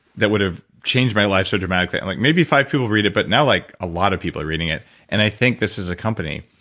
that would have changed my life so dramatically. i'm like, maybe five people read it, but now like a lot of people are reading it and i think this is a company,